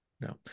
No